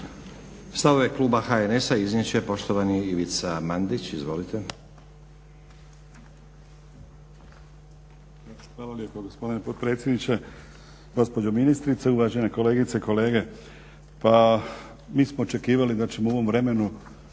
Stavove kluba HNS-a iznijet će poštovani Ivica Mandić. Izvolite.